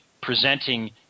presenting